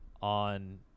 on